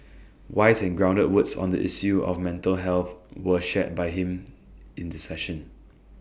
wise and grounded words on the issue of mental health were shared by him in the session